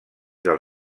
del